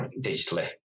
digitally